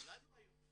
גם לנו היו.